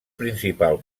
principal